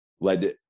led